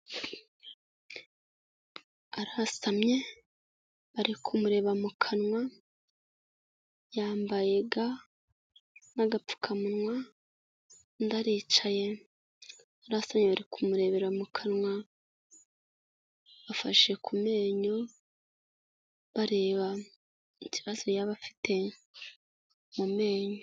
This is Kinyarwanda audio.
Arasamye ari kumureba mu kanwa, yambaye ga n'agapfukamunwa, undi aricaye, arasamye bari kumurebera mu kanwa, bafashe ku menyo, bareba ikibazo yaba afite mu menyo.